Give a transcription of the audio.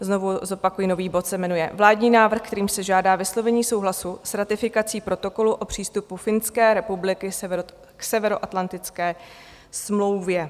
Znovu zopakuji, že nový bod se jmenuje Vládní návrh, kterým se žádá o vyslovení souhlasu s ratifikací Protokolu o přístupu Finské republiky k Severoatlantické smlouvě.